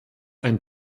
ein